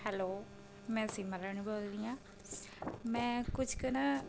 hello ਮੈਂ ਸਿਮਰਨ ਬੋਲਦੀ ਹਾਂ ਮੈਂ ਕੁਝ ਕੁ ਨਾ